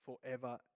forever